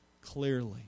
clearly